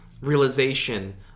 realization